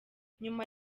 nyuma